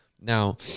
Now